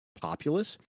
populace